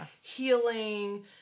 healing